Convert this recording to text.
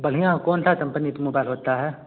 बलिया कौनसा कम्पनी का मुबाइल होता है